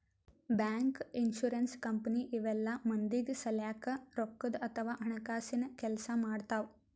bank, insurance company ಇವೆಲ್ಲ ಮಂದಿಗ್ ಸಲ್ಯಾಕ್ ರೊಕ್ಕದ್ ಅಥವಾ ಹಣಕಾಸಿನ್ ಕೆಲ್ಸ್ ಮಾಡ್ತವ್